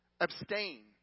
Abstain